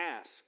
ask